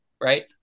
Right